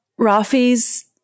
Rafi's